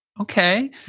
Okay